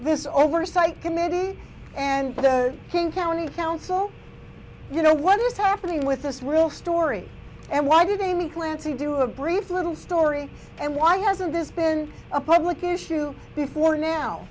this oversight committee and the king county council you know what is happening with us real story and why did they we clancy do a brief little story and why hasn't this been a public issue before now